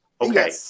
Okay